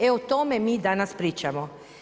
E o tome mi danas pričamo.